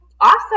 Awesome